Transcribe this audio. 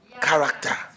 character